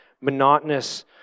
monotonous